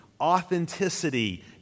authenticity